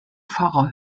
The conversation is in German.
pfarrer